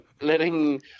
letting